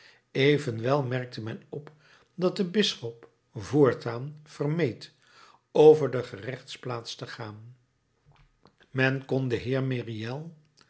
evenwel merkte men op dat de bisschop voortaan vermeed over de gerechtsplaats te gaan men kon den heer myriel